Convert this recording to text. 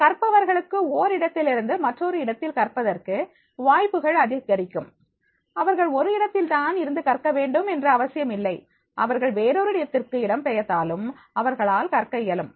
கற்பவர்களுக்கு ஓரிடத்திலிருந்து மற்றொரு இடத்தில் கற்பதற்கு வாய்ப்புகள் அதிகரிக்கும்அவர்கள் ஒரு இடத்தில் தான் இருந்து கற்க வேண்டும் என்று அவசியமில்லை அவர்கள் வேறொரு இடத்திற்கு இடம் பெயர்ந்தாலும் அவர்களால் கற்க இயலும்